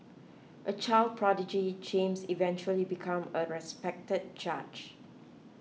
a child prodigy James eventually become a respected judge